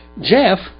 Jeff